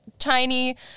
tiny